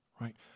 right